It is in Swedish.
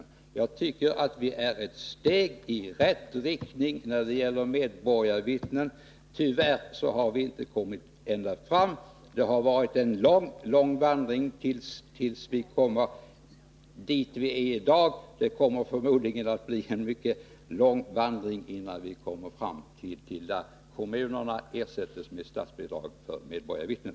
Vi har enligt min mening tagit ett steg i rätt riktning när det gäller medborgarvittnen. Tyvärr har vi inte nått ända fram. Det har varit en lång vandring för att komma så här långt. Men det återstår ännu en lång vandring innan vi kommer fram till att kommunerna får statsbidrag för att införa ett system med medborgarvittnen.